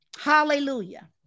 Hallelujah